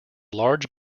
large